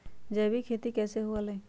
जैविक खेती कैसे हुआ लाई?